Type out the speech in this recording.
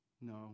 No